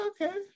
okay